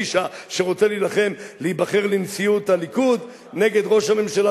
האיש שרוצה להיבחר לנשיאות הליכוד נגד ראש הממשלה,